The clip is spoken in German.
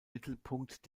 mittelpunkt